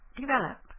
develop